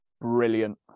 Brilliant